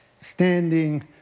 standing